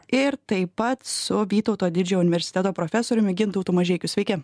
ir taip pat su vytauto didžiojo universiteto profesoriumi gintautu mažeikiu sveiki